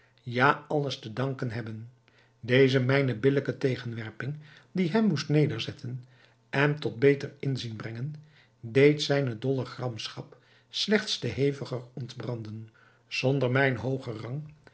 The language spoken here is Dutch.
ja alles te danken hebben deze mijne billijke tegenwerping die hem moest nederzetten en tot beter inzien brengen deed zijne dolle gramschap slechts te heviger ontbranden zonder mijn hoogen rang